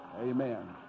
Amen